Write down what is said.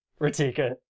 Ratika